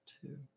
two